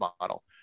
model